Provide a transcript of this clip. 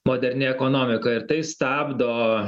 moderni ekonomika ir tai stabdo